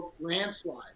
landslide